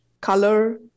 color